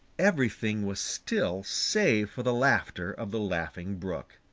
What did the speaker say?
everything was still save for the laughter of the laughing brook.